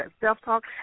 self-talk